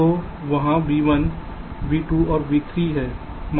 तो वहाँ v1 v2 और v 3 है